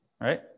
right